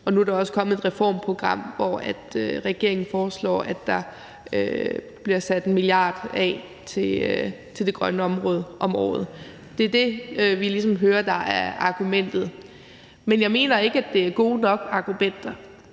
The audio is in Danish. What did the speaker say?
Og nu er der også kommet et reformprogram, hvor regeringen foreslår, at der bliver sat en milliard af til det grønne område – om året. Det er det, vi ligesom hører er argumentet. Men jeg mener ikke, at det er gode nok argumenter.